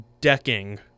decking